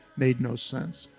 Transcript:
made no sense.